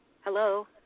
Hello